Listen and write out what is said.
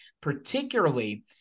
particularly